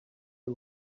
you